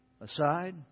aside